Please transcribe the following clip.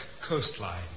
coastline